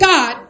God